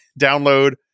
download